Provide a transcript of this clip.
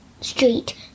Street